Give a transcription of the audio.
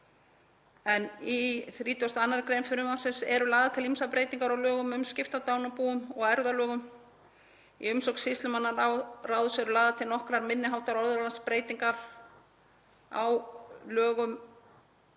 en í 32. gr. frumvarpsins eru lagðar til ýmsar breytingar á lögum um skipti á dánarbúum og á erfðalögum. Í umsögn sýslumannaráðs eru lagðar til nokkrar minni háttar orðalagsbreytingar á lögum